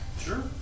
Sure